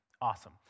Awesome